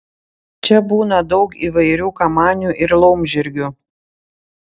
čia būna daug įvairių kamanių ir laumžirgių